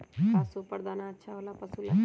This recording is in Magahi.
का सुपर दाना अच्छा हो ला पशु ला?